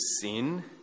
sin